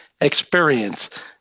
experience